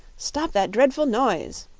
stop that dreadful noise.